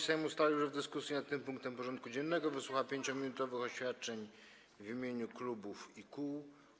Sejm ustalił, że w dyskusji nad tym punktem porządku dziennego wysłucha 5-minutowych oświadczeń w imieniu klubów i kół.